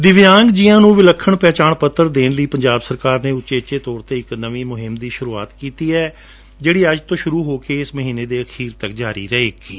ਦਿਵਿਆਂਗ ਜੀਆਂ ਨੂੰ ਵਿਲੱਖਣ ਪਹਿਚਾਣ ਪੱਤਰ ਦੇਣ ਲਈ ਪੰਜਾਬ ਸਰਕਾਰ ਨੇ ਉਚੇਚੇ ਤੌਰ ਤੇ ਇਕ ਨਵੀ ਮੁਹਿਮ ਦੀ ਸ਼ੁਰੂਆਤ ਕਤਿੀ ਹੈ ਜਿਹੜੀ ਅੱਜ ਤੋਂ ਸ਼ੁਰੂ ਹੋ ਕੇ ਇਸ ਮਹੀਨੇ ਦੇ ਅਖੀਰ ਤੱਕ ਜਾਰੀ ਰਹੇਗੀ